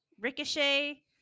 Ricochet